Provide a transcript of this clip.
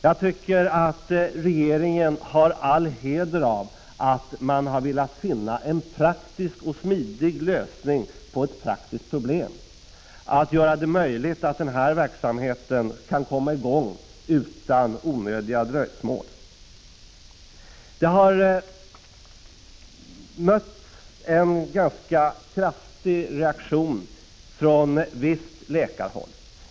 Jag tycker att regeringen har all heder av att man har velat finna en smidig lösning på det praktiska problemet att möjliggöra att verksamheten kommer i gång utan onödiga dröjsmål. Reaktionen på regeringens förslag till dispens har varit ganska kraftig från visst läkarhåll.